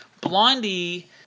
Blondie